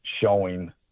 showing